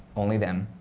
only them,